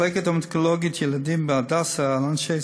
מחלקת אונקולוגיה ילדים ב"הדסה" על אנשי